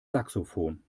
saxophon